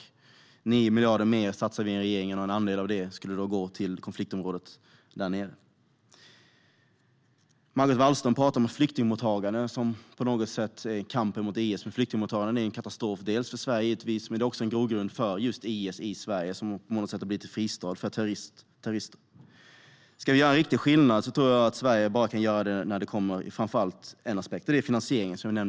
Vi satsar 9 miljarder mer än regeringen, och en andel av dessa medel skulle gå till konfliktområdet där nere. Margot Wallström talade om flyktingmottande som en kamp mot IS. Men flyktingmottagandet är en katastrof för Sverige. Det är också en grogrund för IS i Sverige, som på något sätt har blivit en fristad för terrorister. En viktig skillnad handlar nog bara om finansiering.